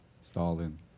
Stalin